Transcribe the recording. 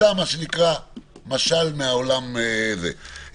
סתם, מה שנקרא משל מהעולם הזה.